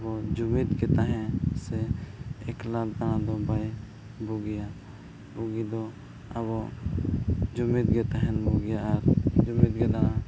ᱟᱵᱚ ᱡᱩᱢᱤᱫ ᱵᱚᱱ ᱛᱟᱦᱮᱱ ᱥᱮ ᱮᱠᱞᱟ ᱫᱟᱬᱟ ᱫᱚ ᱵᱟᱭ ᱵᱩᱜᱤᱭᱟ ᱵᱩᱜᱤ ᱫᱚ ᱟᱵᱚ ᱡᱩᱢᱤᱫ ᱜᱮ ᱛᱟᱦᱮᱱ ᱵᱩᱜᱤᱭᱟ ᱟᱨ ᱡᱩᱢᱤᱫᱜᱮ ᱫᱟᱬᱟᱱ